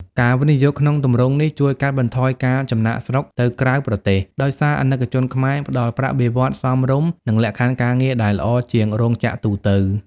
ការវិនិយោគក្នុងទម្រង់នេះជួយកាត់បន្ថយការចំណាកស្រុកទៅក្រៅប្រទេស ដោយសារអាណិកជនខ្មែរផ្ដល់ "ប្រាក់បៀវត្សរ៍សមរម្យ" និងលក្ខខណ្ឌការងារដែលល្អជាងរោងចក្រទូទៅ។